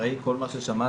אחרי כל מה ששמעתי,